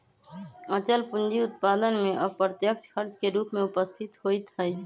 अचल पूंजी उत्पादन में अप्रत्यक्ष खर्च के रूप में उपस्थित होइत हइ